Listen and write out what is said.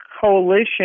coalition